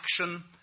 action